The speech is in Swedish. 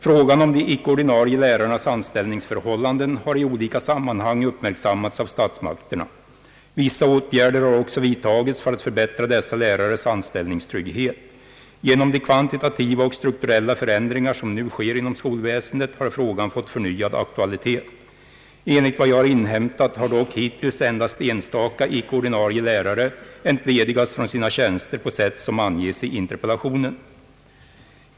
Frågan om de icke-ordinarie lärarnas anställningsförhållanden har i olika sammanhang uppmärksammats av statsmakterna. Vissa åtgärder har också vidtagits för att förbättra dessa lärares anställningstrygghet. Genom de kvantitativa och strukturella förändringar som nu sker inom skolväsendet har frågan fått förnyad aktualitet. Enligt vad jag har inhämtat har dock hittills endast enstaka icke-ordinarie lärare entledigats från sina tjänster på sätt som anges i interpellationen.